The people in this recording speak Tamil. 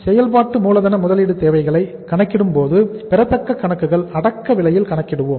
செயல்பாட்டு மூலதன முதலீடு தேவைகளை கணக்கிடும்போது பெறத்தக்க கணக்குகள் அடக்க விலையில் கணக்கிடுவோம்